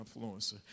influencer